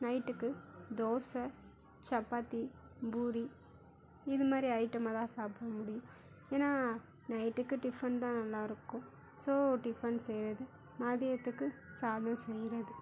நைட்டுக்கு தோசை சப்பாத்தி பூரி இது மாதிரி ஐட்டம் தான் சாப்பிட முடியும் ஏன்னால் நைட்டுக்கு டிஃபன் தான் நல்லாயிருக்கும் ஸோ டிஃபன் செய்கிறது மதியத்துக்கு சாதம் செய்கிறது